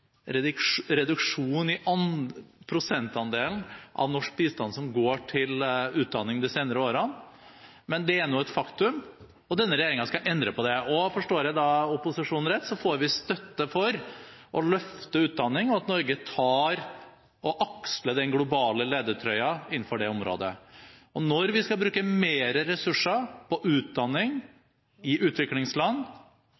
reduksjon i prosentandelen av norsk bistand som går til utdanning, men det er et faktum, og denne regjeringen skal endre på det. Og forstår jeg opposisjonen rett, får vi støtte for å løfte utdanning og for at Norge aksler den globale ledertrøya innenfor det området. Når vi skal bruke mer ressurser på utdanning